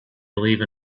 believe